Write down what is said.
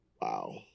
Wow